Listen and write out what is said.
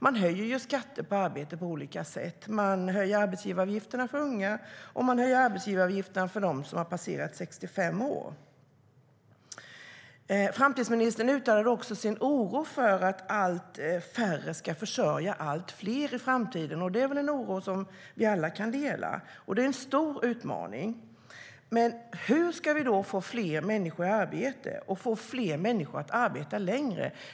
Man höjer skatten på arbete på olika sätt, höjer arbetsgivaravgifterna för unga och höjer arbetsgivaravgifterna för dem som har passerat 65 år. Framtidsministern uttalade också sin oro över att allt färre ska försörja allt fler i framtiden. Det är väl en oro som vi alla kan dela, och det är en stor utmaning. Men hur ska vi då få fler människor i arbete och få fler människor att arbeta längre?